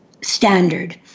standard